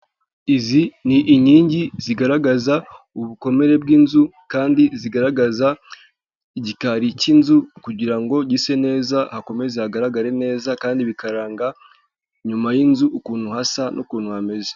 Izi ni inkingi zigaragaza ubukomere bw'inzu kandi zigaragaza igikari cy'inzu, kugira ngo gise neza hakomeze hagaragare neza kandi bikaranga, inyuma y'inzu ukuntu hasa n'ukuntu hameze.